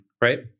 right